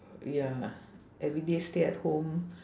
ya everyday stay at home